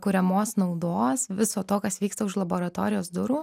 kuriamos naudos viso to kas vyksta už laboratorijos durų